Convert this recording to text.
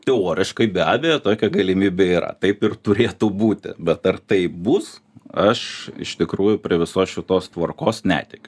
teoriškai be abejo tokia galimybė yra taip ir turėtų būti bet ar taip bus aš iš tikrųjų prie visos šitos tvarkos netikiu